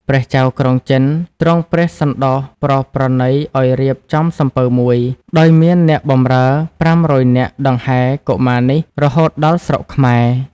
ព្រះចៅក្រុងចិនទ្រង់ព្រះសណ្តោសប្រោសប្រណីឱ្យរៀបចំសំពៅមួយ ដោយមានអ្នកបម្រើប្រាំរយនាក់ដង្ហែកុមារនេះរហូតដល់ស្រុកខ្មែរ។